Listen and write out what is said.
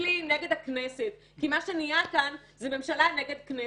בכלי נגד הכנסת כי מה שנהיה כאן זה ממשלה נגד כנסת,